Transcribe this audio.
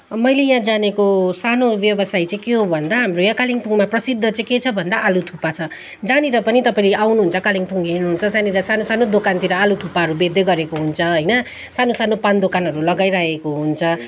मैले यहाँ जानेको सानो व्यवसाय चाहिँ के हो भन्दा हाम्रो यहाँ कालिम्पोङमा प्रसिद्ध चाहिँ के छ भन्दा आलु थुक्पा छ जहाँनिर पनि तपाईँले आउनुहुन्छ कालिम्पोङ हिँड्नुहुन्छ जहाँनिर सानो सानो दोकानतिर आलु थुक्पाहरू बेच्दै गरेको हुन्छ होइन सानो सानो पान दोकानहरू लगाइरहेको हुन्छ